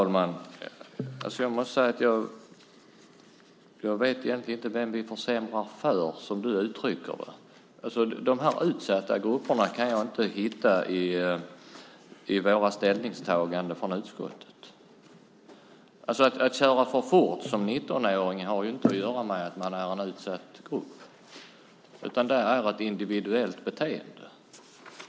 Herr talman! Jag måste säga att jag egentligen inte vet vem vi försämrar för, som du uttrycker det. De här utsatta grupperna kan jag inte hitta i våra ställningstaganden från utskottet. Att en 19-åring kör för fort har ju inte att göra med att han tillhör en utsatt grupp, utan det är ett individuellt beteende.